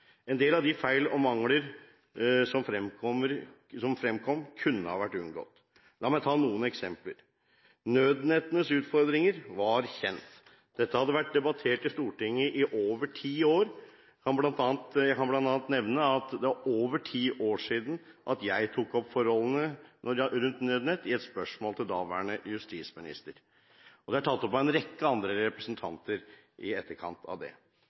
En del av de feil og mangler som fremkom, kunne ha vært unngått. La meg ta noen eksempler: Nødnettets utfordringer var kjent. Dette hadde vært debattert i Stortinget i over ti år. Jeg kan bl.a. nevne at det er over ti år siden at jeg tok opp forholdene rundt Nødnett i et spørsmål til daværende justisminister, og det er tatt opp av en rekke andre representanter i etterkant av det.